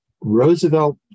Roosevelt